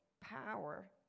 power